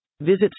Visit